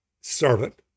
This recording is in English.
servant